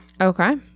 Okay